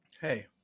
hey